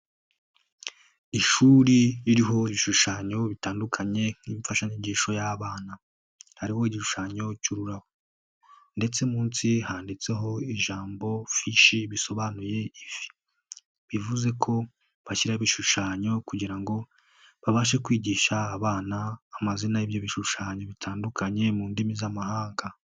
Ishuri ririho ibishushanyo bitandukanye nk'imfashanyigisho y'abana, hariho igishushanyo cy'ururabo ndetse munsi handitseho ijambo fish bisobanuye ifi bivuze ko bashyira ibishushanyo kugira ngo babashe kwigisha abana amazina y' ibyo bishushanyo bitandukanye mu ndimi z'amahanga.